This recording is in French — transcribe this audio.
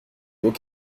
beaux